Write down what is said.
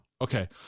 Okay